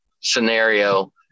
scenario